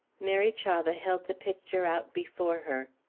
mary chavah held the picture out before her.